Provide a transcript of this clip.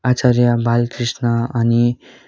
आचार्य बालकृष्ण अनि